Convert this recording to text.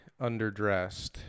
underdressed